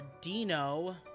Dino